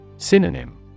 Synonym